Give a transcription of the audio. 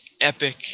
epic